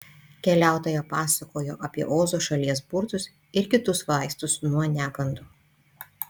keliautoja pasakojo apie ozo šalies burtus ir kitus vaistus nuo negandų